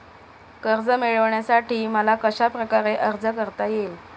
कर्ज मिळविण्यासाठी मला कशाप्रकारे अर्ज करता येईल?